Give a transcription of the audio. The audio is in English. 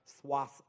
swaths